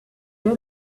you